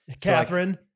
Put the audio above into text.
Catherine